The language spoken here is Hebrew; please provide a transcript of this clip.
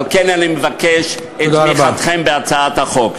על כן אני מבקש את תמיכתכם בהצעת החוק.